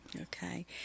Okay